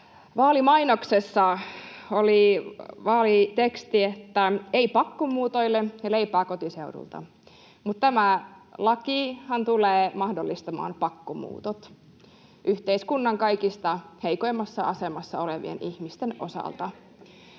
vaalimainoksessa oli vaaliteksti, että ei pakkomuutoille ja leipää kotiseudulta, mutta tämä lakihan tulee mahdollistamaan pakkomuutot yhteiskunnan kaikista heikoimmassa asemassa olevien ihmisten osalta.